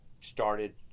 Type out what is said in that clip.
started